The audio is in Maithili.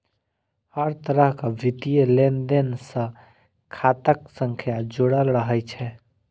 हर तरहक वित्तीय लेनदेन सं खाता संख्या जुड़ल रहै छै